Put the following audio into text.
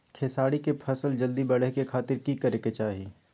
खेसारी के फसल जल्दी बड़े के खातिर की करे के चाही?